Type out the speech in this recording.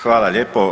Hvala lijepo.